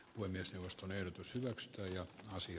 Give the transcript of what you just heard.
puhemiesneuvoston ehdotus hyväksyi jo vuosi